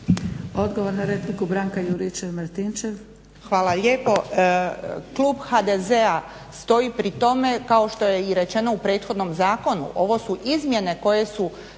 **Juričev-Martinčev, Branka (HDZ)** Hvala lijepo. Klub HDZ-a stoji pri tome kao što je i rečeno u prethodnom zakonu, ovo su izmjene koje su